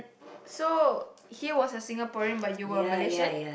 so he was a Singaporean but you were a Malaysian